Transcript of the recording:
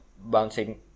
bouncing